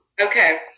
Okay